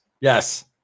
Yes